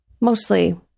mostly